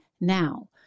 now